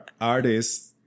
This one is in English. artists